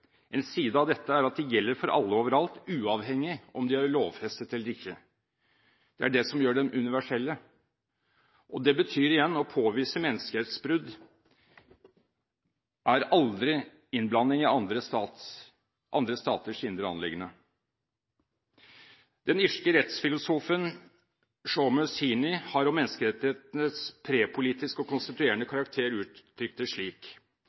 En side av dette er at de gjelder for alle over alt, uavhengig av om de er lovfestet eller ikke. Det er dette som gjør dem universelle. Det betyr igjen at å påvise menneskerettighetsbrudd aldri er innblanding i andre staters indre anliggender. Den irske rettsfilosofen Seamus Heaney har om menneskerettighetenes prepolitiske og konstituerende karakter uttrykt det slik: